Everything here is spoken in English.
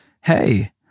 Hey